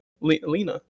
lena